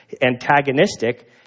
antagonistic